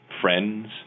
friends